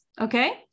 Okay